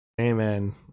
Amen